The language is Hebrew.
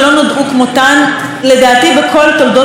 לדעתי, בכל תולדות ההיסטוריה של מדינת ישראל.